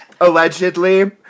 allegedly